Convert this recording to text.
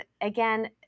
again